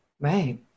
Right